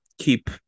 keep